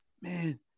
man